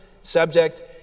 subject